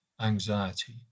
anxiety